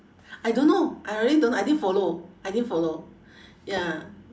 I don't know I really don't know I didn't follow I didn't follow ya